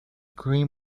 cream